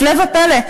הפלא ופלא,